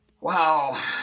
Wow